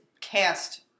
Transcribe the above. cast